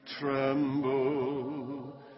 tremble